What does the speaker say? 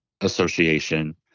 Association